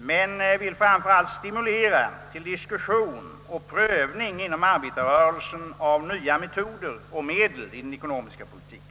men vill framför allt stimulera till diskussion och prövning inom arbetarrörelsen av nya metoder och medel i den ekonomiska politiken.